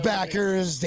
Backers